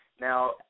Now